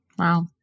Wow